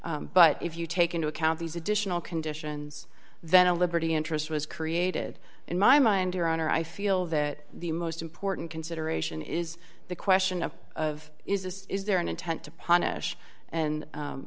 but if you take into account these additional conditions then a liberty interest was created in my mind your honor i feel that the most important consideration is the question of of is this is there an intent to punish and